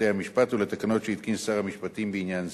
בתי-המשפט ולתקנות שהתקין שר המשפטים בעניין זה.